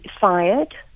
fired